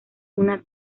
una